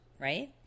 right